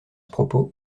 propos